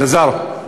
אלעזר,